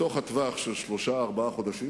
בתוך הטווח של שלושה-ארבעה חודשים,